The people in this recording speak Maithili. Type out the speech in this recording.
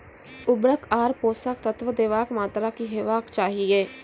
उर्वरक आर पोसक तत्व देवाक मात्राकी हेवाक चाही?